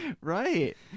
Right